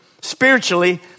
spiritually